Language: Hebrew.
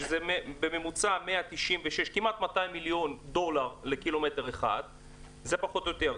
שזה כמעט 200 מיליון דולר לק"מ אחד פחות או יותר.